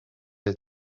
ait